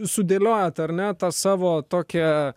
sudėliojot ar ne tą savo tokią